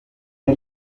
der